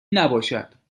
نباشد